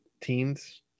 teens